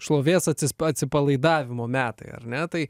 šlovės atsispa atsipalaidavimo metai ar ne tai